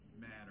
matter